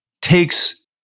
takes